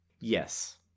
Yes